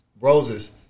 roses